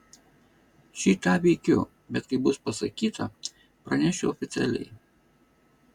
šį tą veikiu bet kai bus pasakyta pranešiu oficialiai